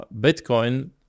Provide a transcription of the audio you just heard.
Bitcoin